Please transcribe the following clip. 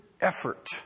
effort